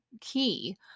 key